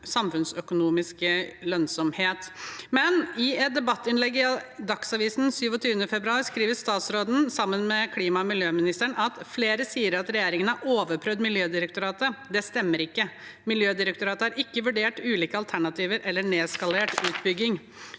samfunnsøkonomisk lønnsomhet. I et debattinnlegg i Dagsavisen den 27. februar skriver statsråden sammen med klima- og miljøministeren: «Flere sier at regjeringen har overprøvd Miljødirektoratet. Det stemmer ikke. Miljødirektoratet har ikke vurdert ulike alternativer eller en nedskalert utbygging.»